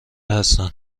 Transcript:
هستند